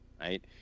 Right